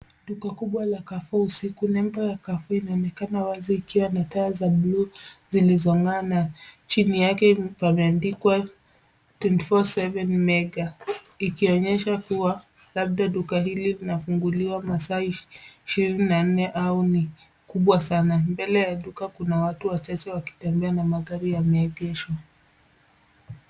Duka kubwa la Carrefour usiku. Nembo ya Carrefour inaonekana wazi ikiwa na taa za bluu zilizong'aa na chini yake pameandikwa twenty four seven mega ikionyesha kuwa labda duka hili linafunguliwa masaa ishirini na nne au ni kubwa sana. Mbele ya duka kuna watu wachache wakitembea na magari yameegeshwa.